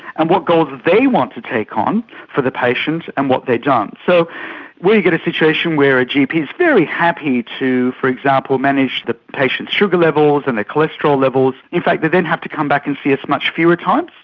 and what goals that they want to take on for the patient and what they don't. so where you get a situation where a gp is very happy to, for example, manage the patients' sugar levels and their cholesterol levels, in fact they then have to come back and see us much fewer times,